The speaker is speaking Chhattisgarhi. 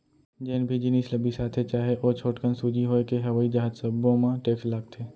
जेन भी जिनिस ल बिसाथे चाहे ओ छोटकन सूजी होए के हवई जहाज सब्बो म टेक्स लागथे